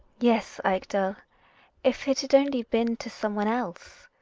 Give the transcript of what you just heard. yes, ekdal if it had only been to some one else,